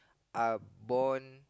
uh born